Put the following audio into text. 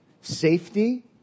Safety